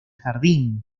jardín